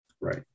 Right